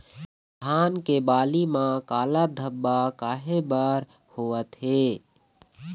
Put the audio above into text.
धान के बाली म काला धब्बा काहे बर होवथे?